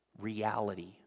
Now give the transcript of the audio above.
reality